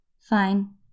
Fine